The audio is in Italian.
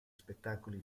spettacoli